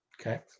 Okay